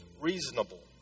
reasonable